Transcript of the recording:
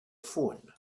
phone